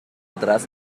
atrás